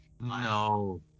No